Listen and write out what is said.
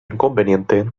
inconveniente